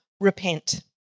repent